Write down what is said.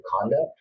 conduct